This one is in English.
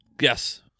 Yes